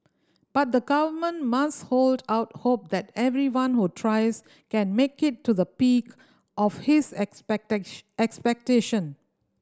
but the Government must hold out hope that everyone who tries can make it to the peak of his expect expectation